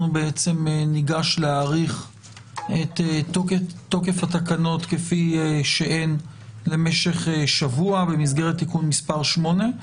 ניגש להאריך את תוקף התקנות כפי שהן למשך שבוע במסגרת תיקון מס' 8,